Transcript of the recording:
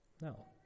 No